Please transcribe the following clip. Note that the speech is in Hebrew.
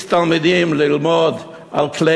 x תלמידים ללמוד על כלי